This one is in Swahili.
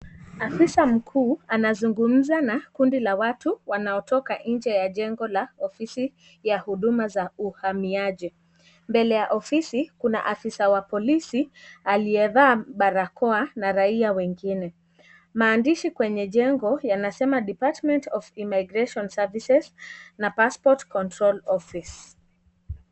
Afisa mkuu anazungumza naa kundi la watu wanaotoka nje ya jengo la ofisi ya huduma ya uhamiaji. Mbele ya ofisi kuna afisa wa polisi aliyevaa barakoa na raia wengine. Maandishi kwenye jengo yanasema 'DEPARTMENT OF IMMIGRATION SERVICES NA PASSPORT CONTROL OFFICE'.